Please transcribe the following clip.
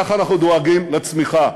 כך אנחנו דואגים לצמיחה.